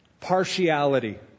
partiality